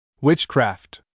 Witchcraft